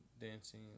dancing